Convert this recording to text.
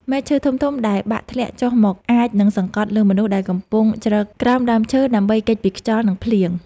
មែកឈើធំៗដែលបាក់ធ្លាក់ចុះមកអាចនឹងសង្កត់លើមនុស្សដែលកំពុងជ្រកក្រោមដើមឈើដើម្បីគេចពីខ្យល់ និងភ្លៀង។